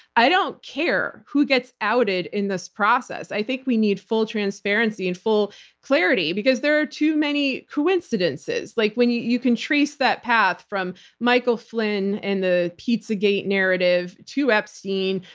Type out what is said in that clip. i don't care who gets outed in this process. i think we need full transparency and full clarity because there are too many coincidences. like you you can trace that path from michael flynn and the pizzagate narrative to epstein,